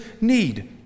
need